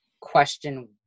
question